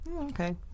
okay